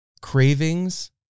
cravings